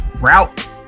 route